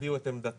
הביעו את עמדתם,